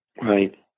Right